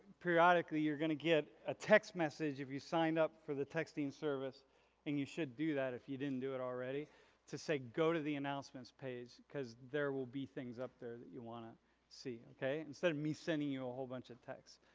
periodically you're gonna get a text message if you sign up for the texting service and you should do that if you didn't do it already to say go to the announcements page because there will be things up there that you want to see okay instead of me sending you a whole bunch of texts.